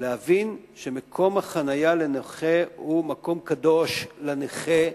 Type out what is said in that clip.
להבין שמקום החנייה לנכה הוא מקום קדוש לנכה,